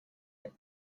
هست